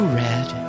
red